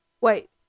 wait